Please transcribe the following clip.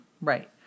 Right